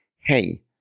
Hey